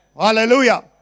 Hallelujah